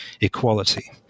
equality